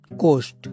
coast